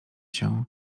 się